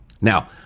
Now